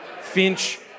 Finch